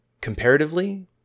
Comparatively